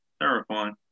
Terrifying